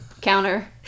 counter